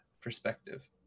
perspective